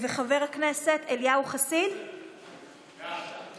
חבר הכנסת אליהו חסיד, בעד.